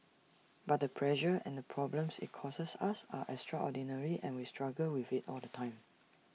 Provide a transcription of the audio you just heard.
but the pressure and problems IT causes us are extraordinary and we struggle with IT all the time